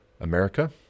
America